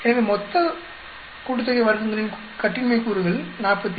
எனவே மொத்த கூட்டுத்தொகை வர்க்கங்களின் கட்டின்மை கூறுகள் 48